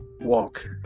walk